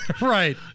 Right